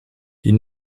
die